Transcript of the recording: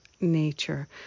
nature